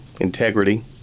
integrity